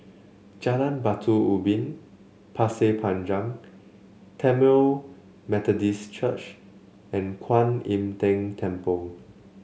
Jalan Batu Ubin Pasir Panjang Tamil Methodist Church and Kuan Im Tng Temple